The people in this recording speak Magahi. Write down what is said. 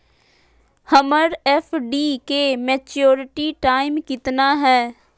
हमर एफ.डी के मैच्यूरिटी टाइम कितना है?